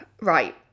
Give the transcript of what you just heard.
Right